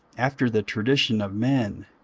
after the tradition of men,